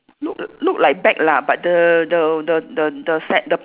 look look like bag lah but the the the the the ce~ the